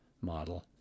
model